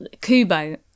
Kubo